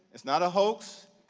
it's not a hoax,